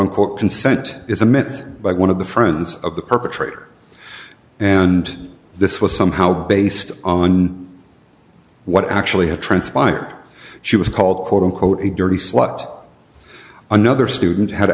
consent is a myth but one of the friends of the perpetrator and this was somehow based on what actually had transpired she was called quote unquote a dirty slut another student had